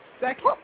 second